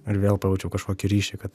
ir vėl pajaučiau kažkokį ryšį kad